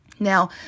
Now